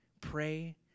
pray